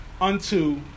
unto